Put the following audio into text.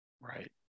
Right